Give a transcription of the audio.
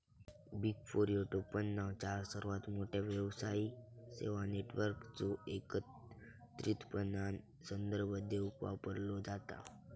big four ह्यो टोपणनाव चार सर्वात मोठ्यो व्यावसायिक सेवा नेटवर्कचो एकत्रितपणान संदर्भ देवूक वापरलो जाता